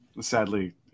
Sadly